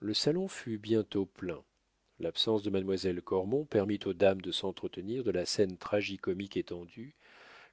le salon fut bientôt plein l'absence de mademoiselle cormon permit aux dames de s'entretenir de la scène tragi comique étendue